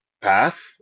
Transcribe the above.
path